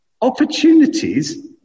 Opportunities